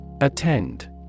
Attend